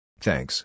Thanks